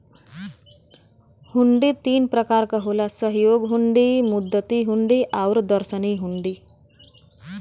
हुंडी तीन प्रकार क होला सहयोग हुंडी, मुद्दती हुंडी आउर दर्शनी हुंडी